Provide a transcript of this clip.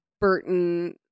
Burton